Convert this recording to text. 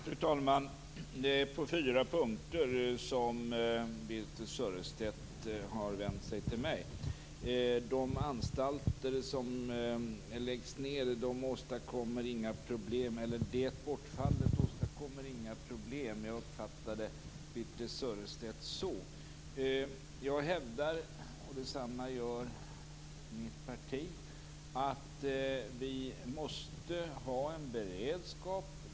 Fru talman! Birthe Sörestedt har vänt sig till mig på fyra punkter. Bortfallet av de anstalter som läggs ned åstadkommer inga problem. Jag uppfattade Birthe Sörestedt så. Jag hävdar, och detsamma gör mitt parti, att vi måste ha en beredskap.